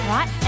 Right